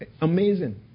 amazing